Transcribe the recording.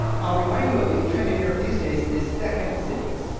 i'll remind you a big trend in europe these days is second cities.